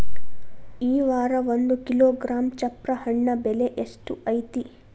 ಈ ವಾರ ಒಂದು ಕಿಲೋಗ್ರಾಂ ಚಪ್ರ ಹಣ್ಣ ಬೆಲೆ ಎಷ್ಟು ಐತಿ?